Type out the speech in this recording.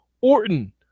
Orton